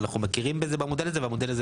אנחנו מכירים בזה במודל הזה והמודל הזה